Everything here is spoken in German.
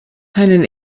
keinen